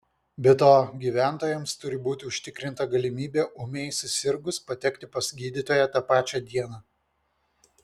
be to gyventojams turi būti užtikrinta galimybė ūmiai susirgus patekti pas gydytoją tą pačią dieną